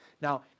Now